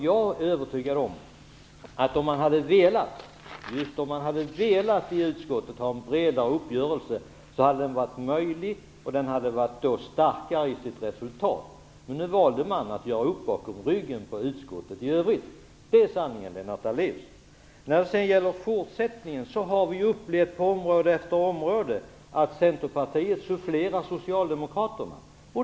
Jag är övertygad om att om man i utskottet hade velat ha en bredare uppgörelse hade en sådan varit möjlig, och resultatet hade blivit starkare. Men nu valde man att göra upp bakom ryggen på utskottet i övrigt. Det är sanningen, Lennart När det gäller fortsättningen har vi på område efter område upplevt att Centerpartiet sufflerar Socialdemokraterna.